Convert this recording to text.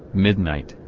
midnight,